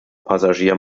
passagier